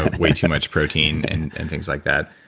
way too much protein and and things like that.